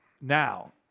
Now